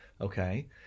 okay